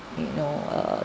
you know err